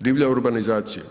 Divlja urbanizacija,